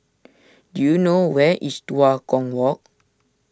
do you know where is Tua Kong Walk